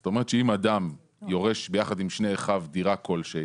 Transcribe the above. זאת אומרת שאם אדם יורש ביחד עם שני אחיו דירה כלשהי